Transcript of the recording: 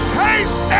taste